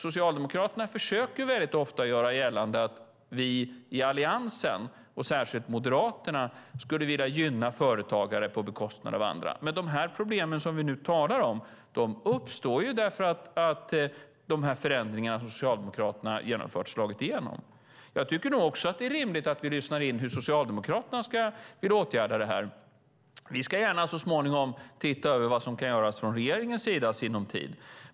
Socialdemokraterna försöker ofta göra gällande att vi i Alliansen, och särskilt Moderaterna, skulle vilja gynna företagare på bekostnad av andra. Men de problem som vi nu talar om uppstår därför att de förändringar som Socialdemokraterna har genomfört har slagit igenom. Jag tycker också att det är rimligt att vi lyssnar in hur Socialdemokraterna vill åtgärda detta. Vi ska gärna så småningom titta på vad som kan göras från regeringens sida i sinom tid.